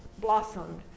blossomed